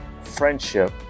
friendship